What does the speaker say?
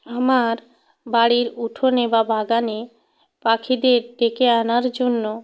আমার বাড়ির উঠোনে বা বাগানে পাখিদের ডেকে আনার জন্য